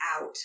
out